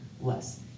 less